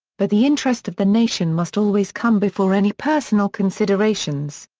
but the interest of the nation must always come before any personal considerations.